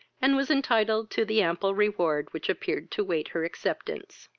and was entitled to the ample reward which appeared to wait her acceptance.